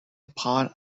upon